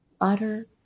utter